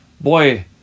boy